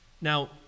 Now